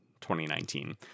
2019